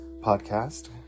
podcast